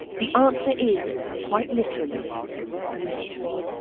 the answer is quite literally a mystery.